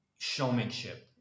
showmanship